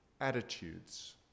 attitudes